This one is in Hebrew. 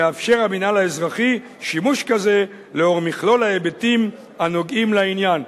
יאפשר המינהל האזרחי שימוש כזה לאור מכלול ההיבטים הנוגעים לעניין.